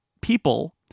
people